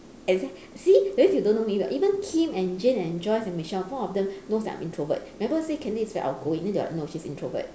exa~ see that means you don't know me well even kim and jane and joyce and michelle four of them knows that I'm introvert mabel say candy is very outgoing then they'll like no she's introvert